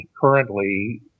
currently